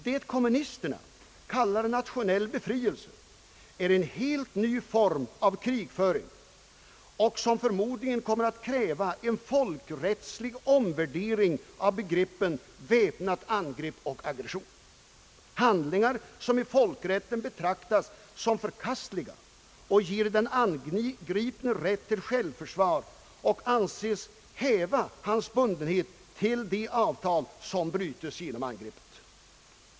Det som kommunister kallar för nationell befrielse är en helt ny form av krigföring, som förmodligen kommer att kräva en folkrättslig omvärdering av begreppen väpnat angrepp och aggression, handlingar som i folkrätten betraktas såsom förkastliga och ger den angripne rätt till självförsvar, oavsett hans bundenhet till det avtal som har brutits genom angreppet.